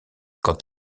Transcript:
quant